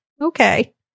Okay